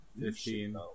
fifteen